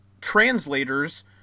translators